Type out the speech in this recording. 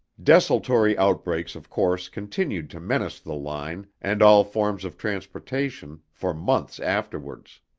desultory outbreaks, of course, continued to menace the line and all forms of transportation for months afterwards.